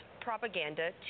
propaganda